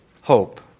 hope